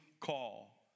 call